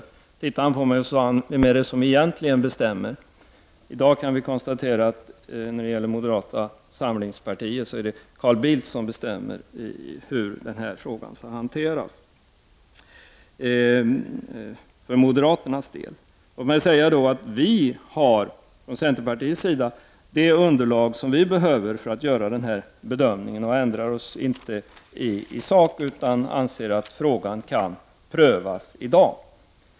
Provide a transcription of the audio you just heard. Då tittade han på mig och sade: ”Vem är det som egentligen bestämmer?” I dag kan vi konstatera att det är Carl Bildt som bestämmer hur den här frågan skall hanteras för moderaternas del. Låt mig då säga att vi från centerpartiets sida har det underlag som vi behöver för att göra vår bedömning, och vi ändrar oss inte i sak utan anser att frågan kan prövas i dag.